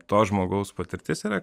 to žmogaus patirtis yra